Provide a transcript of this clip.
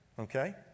Okay